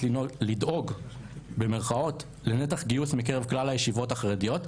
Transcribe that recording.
לדאוג לנתח גיוס מקרב כלל הישיבות החרדיות,